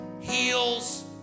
heals